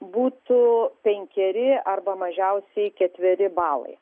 būtų penkeri arba mažiausiai ketveri balai